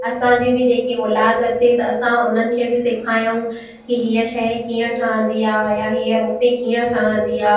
असांजी बि जेकी औलाद अचे त असां उन्हनि खे बि सिखायऊं की हीअं शइ कीअं ठहंदी आहे या हीअं रोटी कीअं ठहंदी आहे